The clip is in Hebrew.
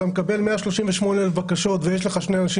כשאתה מקבל 138 בקשות ויש לך שני אנשים